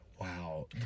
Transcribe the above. Wow